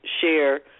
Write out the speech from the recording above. share